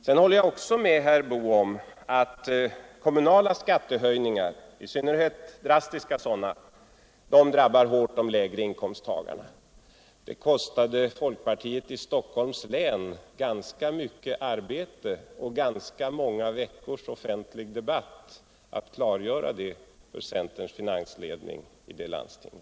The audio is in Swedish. Jag håller också med herr Boo om att kommunala skattehöjningar, i synnerhet drastiska sådana, drabbar de lägre inkomsttagarna hårt. Det kostade folkpartiet i Stockholms län ganska mycket arbete och ganska många veckors offentlig debatt att klargöra det för centerns finansledning i samma landsting.